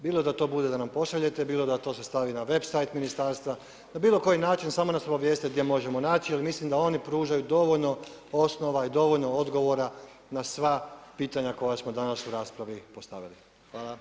Bilo da to bude da nam pošaljete, bilo da to se stavi na web side ministarstva, na bilo koji način, samo nas obavijestite gdje možemo naći jer mislim da oni pružaju dovoljno osnova i dovoljno odgovora na sva pitanja koja smo danas u raspravi postavili.